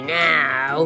now